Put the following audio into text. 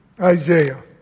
Isaiah